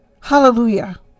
Hallelujah